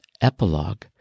epilogue